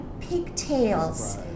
pigtails